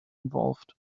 involved